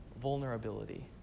Vulnerability